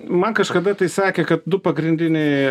man kažkada tai sakė kad du pagrindiniai